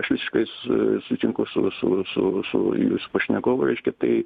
aš visiškai su sutinku su su su su jūsų pašnekovu reiškia tai